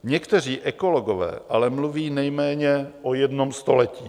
Někteří ekologové ale mluví nejméně o jednom století.